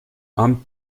amt